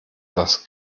das